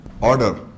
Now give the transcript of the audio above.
order